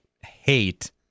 hate